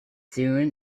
soon